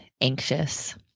anxious